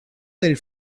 del